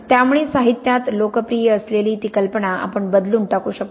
त्यामुळे साहित्यात लोकप्रिय असलेली ती कल्पना आपण बदलून टाकू शकतो